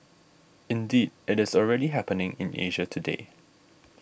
indeed it is already happening in Asia today